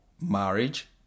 marriage